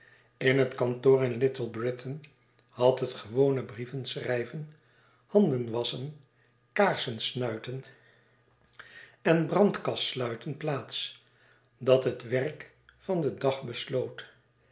in het kantoor in little britain had het gewone brievenschrijven handenwasschen kaarsensnuiten en brandkassluiten plaats dat het werk van den dag besloot